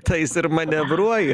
tais ir manevruoji